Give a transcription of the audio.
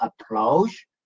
approach